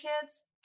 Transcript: kids